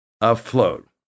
afloat